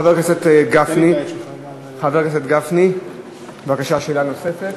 חבר הכנסת גפני, בבקשה, שאלה נוספת.